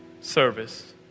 service